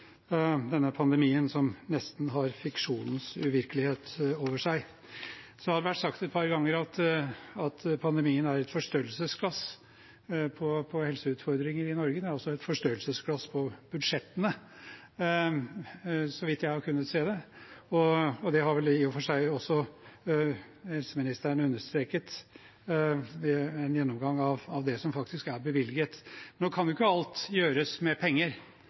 denne pandemien som nesten har fiksjonens uvirkelighet over seg. Det har vært sagt et par ganger at pandemien er et forstørrelsesglass på helseutfordringer i Norge. Den er også et forstørrelsesglass på budsjettene, så vidt jeg har kunnet se det. Det har vel i og for seg også helseministeren understreket med en gjennomgang av det som faktisk er bevilget. Nå kan ikke alt gjøres med penger,